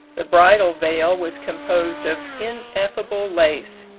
the bridal veil was composed of ineffable lace,